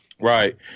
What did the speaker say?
Right